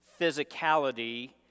physicality